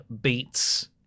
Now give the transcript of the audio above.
beats